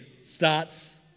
starts